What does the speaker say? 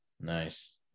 Nice